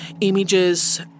images